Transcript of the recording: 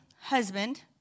husband